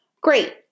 Great